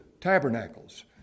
Tabernacles